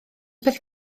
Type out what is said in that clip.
peth